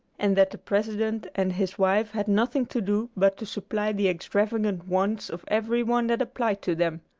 and that the president and his wife had nothing to do but to supply the extravagant wants of every one that applied to them.